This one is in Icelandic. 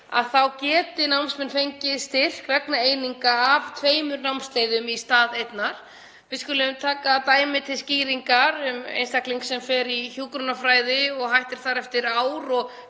sinni geti námsmenn fengið styrk vegna eininga af tveimur námsleiðum í stað einnar. Við skulum taka dæmi til skýringar um einstakling sem fer í hjúkrunarfræði og hættir þar eftir ár